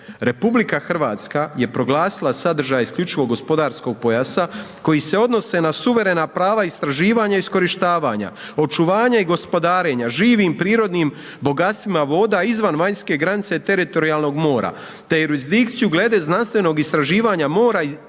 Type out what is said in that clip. je odgovor HDZ-a „RH je proglasila sadržaj isključivog gospodarskog pojasa koji se odnose na suverena prava istraživanja i iskorištavanja, očuvanja i gospodarenja, živim prirodnim bogatstvima voda izvan vanjske granice teritorijalnog mora, te jurisdikciju glede znanstvenog istraživanja mora i